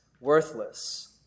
worthless